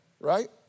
right